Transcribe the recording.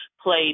played